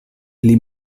pli